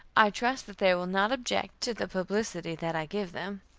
i trust that they will not object to the publicity that i give them